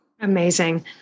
amazing